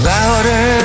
Louder